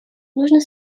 нужно